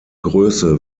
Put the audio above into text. größe